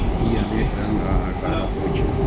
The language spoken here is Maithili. ई अनेक रंग आ आकारक होइ छै